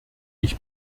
ich